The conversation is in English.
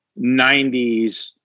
90s